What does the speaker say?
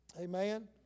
Amen